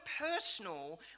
personal